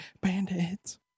Bandits